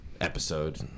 episode